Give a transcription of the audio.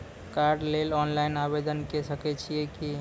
कार्डक लेल ऑनलाइन आवेदन के सकै छियै की?